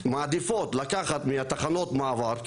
מעדיפות לקחת מהתחנות מעבר,